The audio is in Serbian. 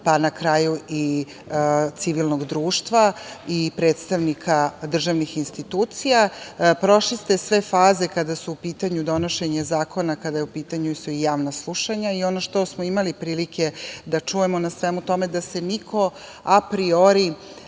pa na kraju i civilnog društva i predstavnika državnih institucija, prošli ste sve faze kada su u pitanju donošenje zakona, kada su u pitanju i javna slušanja i ono što smo imali prilike da čujemo ne svemu tome da se niko apriori